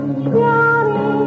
Johnny